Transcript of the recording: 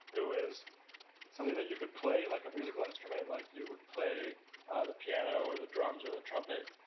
it was something that you could play like a musical instrument, like you would play the piano or the drums or the trumpet,